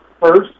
First